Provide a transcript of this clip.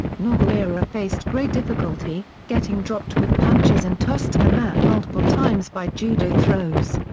nogueira faced great difficulty, getting dropped with punches and tossed to the mat multiple times by judo throws.